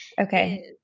Okay